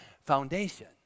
foundation